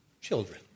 children